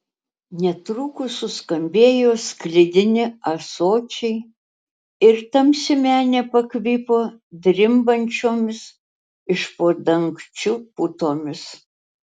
netrukus suskambėjo sklidini ąsočiai ir tamsi menė pakvipo drimbančiomis iš po dangčiu putomis